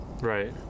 right